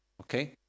okay